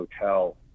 Hotel